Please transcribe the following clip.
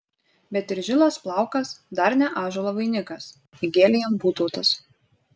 bet ir žilas plaukas dar ne ąžuolo vainikas įgėlė jam būtautas